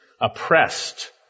Oppressed